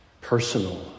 personal